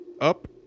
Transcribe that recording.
UP